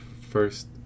first